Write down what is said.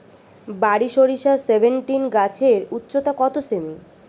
বারি সরিষা সেভেনটিন গাছের উচ্চতা কত সেমি?